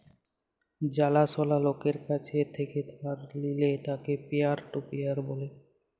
জালা সলা লকের কাছ থেক্যে ধার লিলে তাকে পিয়ার টু পিয়ার ব্যলে